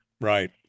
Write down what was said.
Right